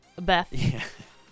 Beth